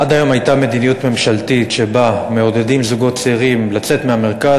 עד היום הייתה מדיניות ממשלתית שבה מעודדים זוגות צעירים לצאת מהמרכז,